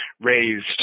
raised